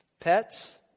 Pets